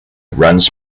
runs